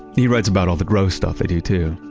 he writes about all the gross stuff they do, too.